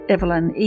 Evelyn